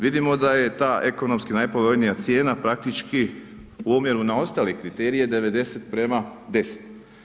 Vidimo da je ta ekonomski najpovoljnija cijena praktički u omjeru na ostale kriterije 90:10.